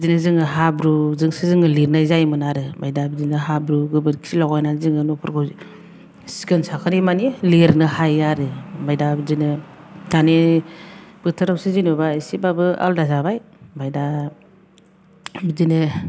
बिदिनो जोङो हाब्रुजोंसो जोङो लिरनाय जायोमोन आरो ओमफ्राय दा बिदिनो हाब्रु गोबोरखि गलायनानै जोङो न'फोरखौ सिखोन साखोनै माने लिरनो हायो आरो ओमफ्राय दा बिदिनो दानि बोथोरावसो जेनेबा एसेबाबो आलादा जाबाय ओमफ्राय दा बिदिनो